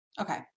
Okay